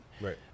right